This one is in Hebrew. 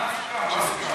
מה סוכם?